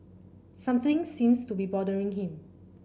something seems to be bothering him